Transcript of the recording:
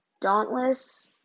dauntless